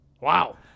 Wow